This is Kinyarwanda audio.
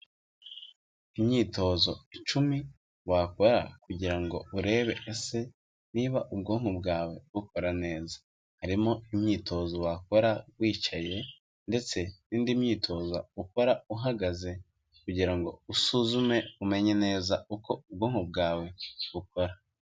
Imyitozo icumi wakora kugira ngo urebe ese niba ubwonko bwawe bukora neza, harimo imyitozo wakora wicaye ndetse n'indi myitozo ukora uhagaze kugira ngo usuzume umenye neza uko ubwonko bwawe bukora.